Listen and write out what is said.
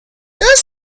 does